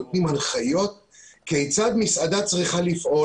נותנים הנחיות כיצד מסעדה צריכה לפעול.